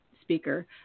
speaker